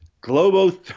Global